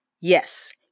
yes